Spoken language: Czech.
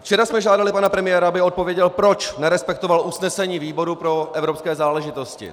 Včera jsme žádali pana premiéra, aby odpověděl, proč nerespektoval usnesení výboru pro evropské záležitosti.